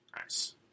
Nice